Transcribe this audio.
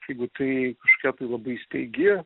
jeigu tai kažkokia tai labai staigi